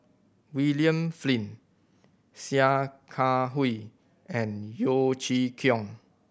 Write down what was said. William Flint Sia Kah Hui and Yeo Chee Kiong